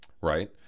Right